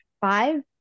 five